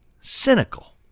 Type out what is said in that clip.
cynical